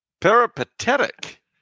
Peripatetic